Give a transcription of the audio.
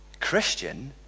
Christian